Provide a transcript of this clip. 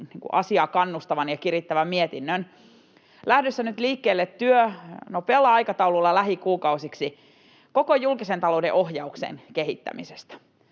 asiaa kannustavan ja kirittävän mietinnön, lähdössä nyt liikkeelle työ nopealla aikataululla lähikuukausiksi koko julkisen talouden ohjauksen kehittämisestä.